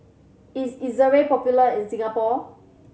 is Ezerra popular in Singapore